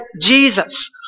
Jesus